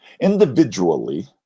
Individually